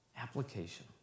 Application